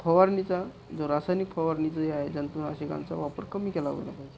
फवारणीचा जो रासायनिक फवारणीचा जे आहे जंतुनाशकांचा वापर कमी केला पाहिजे